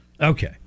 Okay